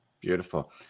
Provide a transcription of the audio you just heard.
Beautiful